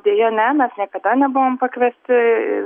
deja ne mes niekada nebuvom pakviesti